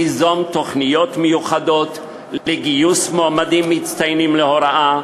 ליזום תוכניות מיוחדות לגיוס מועמדים מצטיינים להוראה,